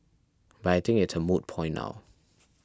but I think it's a moot point now